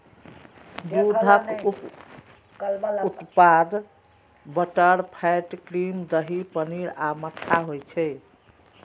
दूधक उप उत्पाद बटरफैट, क्रीम, दही, पनीर आ मट्ठा होइ छै